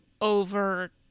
over